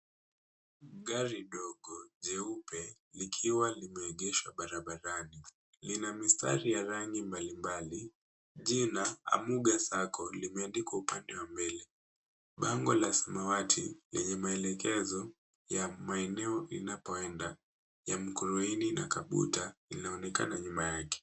Gari dogo, jeupe likiwa limeegeshwa barabarani. Lina mistari ya rangi mbalimbali. Jina Amuga Sacco limeandikwa upande wa mbele. Bango la samawati lenye maelekezo ya maeneo inapoenda ya Mukurwe Ini na Kabuta linaonekana nyuma yake.